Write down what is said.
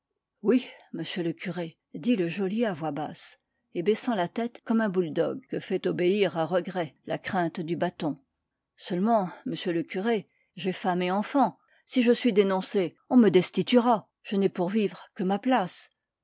oui m le curé dit le geôlier à voix basse et baissant la tête comme un bouledogue que fait obéir à regret la crainte du bâton seulement m le curé j'ai femme et enfants si je suis dénoncé on me destituera je n'ai pour vivre que ma place